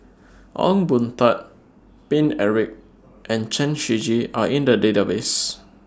Ong Boon Tat Paine Eric and Chen Shiji Are in The Database